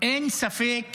אין ספק